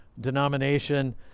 denomination